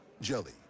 Jelly